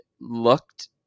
looked